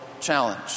challenge